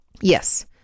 Yes